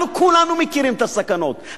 אנחנו כולנו מכירים את הסכנות.